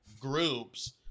groups